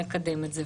נקדם את זה.